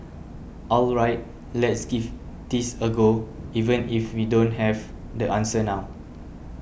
all right let's just give this a go even if we don't have the answer now